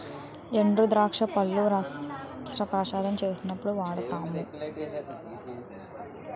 ఎండుద్రాక్ష పళ్లు ప్రసాదం చేసినప్పుడు వాడుతాము